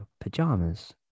pajamas